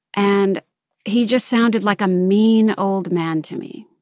and he just sounded like a mean, old man to me.